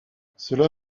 cela